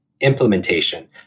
implementation